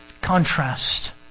Contrast